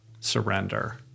surrender